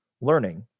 learning